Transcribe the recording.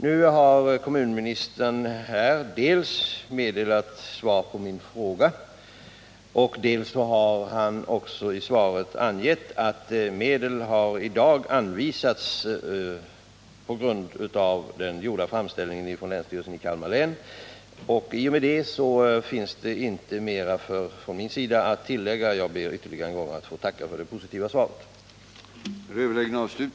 Nu har kommunministern svarat på min fråga och i svaret angett att medel i dag anvisats på grund av den gjorda framställningen ifrån länsstyrelsen i Kalmar län. I och med detta finns inget att tillägga från min sida. Jag ber än en gång att få tacka för det positiva svaret.